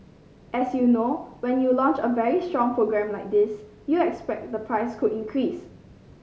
as you know when you launch a very strong program like this you expect the price could increase